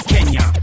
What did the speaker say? Kenya